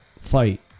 fight